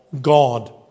God